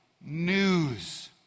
news